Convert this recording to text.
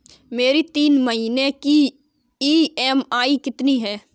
मेरी तीन महीने की ईएमआई कितनी है?